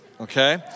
okay